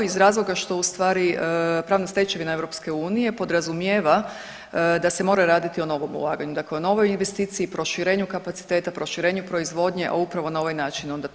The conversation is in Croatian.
Iz razloga što ustvari pravna stečevina EU podrazumijeva da se mora raditi o novom ulaganju, dakle o novoj investiciji, proširenju kapaciteta, proširenju proizvodnje, a upravo na ovaj način to i postižemo.